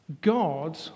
God